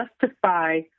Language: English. justify